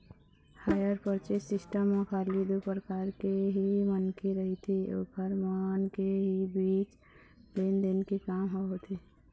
hire purchase system म खाली दू परकार के ही मनखे रहिथे ओखर मन के ही बीच लेन देन के काम ह होथे